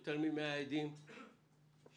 יותר ממאה עדים שאפשר